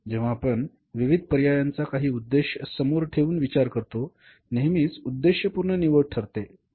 जेव्हा आपण विविध पर्यायांचा काही उद्देश समोर ठेऊन विचार करतो नेहमीच उद्देशपूर्ण निवड ठरते